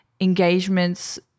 engagements